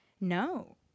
No